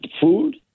food